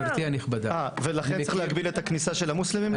גברתי הנכבדה --- ולא צריך להגביל את הכניסה של המוסלמים להר?